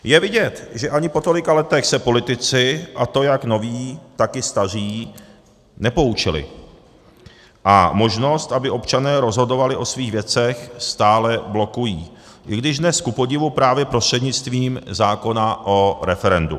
Je vidět, že ani po tolika letech se politici, a to jak noví, tak i staří, nepoučili a možnost, aby občané rozhodovali o svých věcech, stále blokují, i když dnes kupodivu právě prostřednictvím zákona o referendu.